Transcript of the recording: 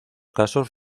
casos